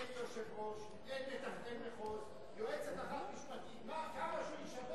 אין יושב-ראש, אין מתכנן מחוז, יועצת משפטית אחת.